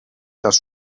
dass